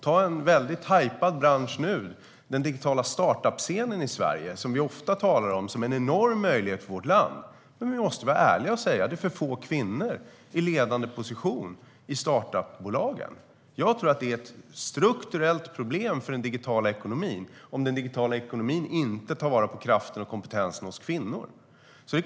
Den väldigt hajpade branschen, den digitala start up-scenen i Sverige, talar vi ofta om som en enorm möjlighet för vårt land. Vi måste vara ärliga att säga att det är för få kvinnor i ledande position i start up-bolagen. Det är ett strukturellt problem för den digitala ekonomin om den inte tar vara på kraften och kompetensen hos kvinnor.